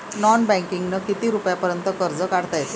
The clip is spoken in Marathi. नॉन बँकिंगनं किती रुपयापर्यंत कर्ज काढता येते?